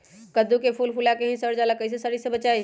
कददु के फूल फुला के ही सर जाला कइसे सरी से बचाई?